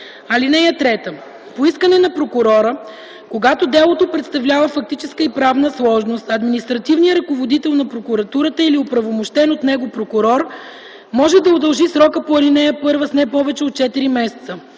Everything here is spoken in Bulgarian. така: „(3) По искане на прокурора, когато делото представлява фактическа и правна сложност, административният ръководител на прокуратурата или оправомощен от него прокурор може да удължи срока по ал. 1 с не повече от четири месеца.